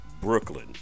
Brooklyn